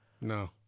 No